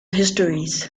histories